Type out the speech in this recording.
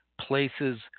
places